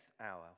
hour